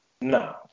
No